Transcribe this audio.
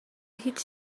هیچ